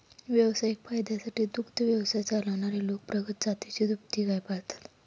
व्यावसायिक फायद्यासाठी दुग्ध व्यवसाय चालवणारे लोक प्रगत जातीची दुभती गाय पाळतात